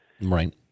Right